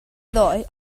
ddoe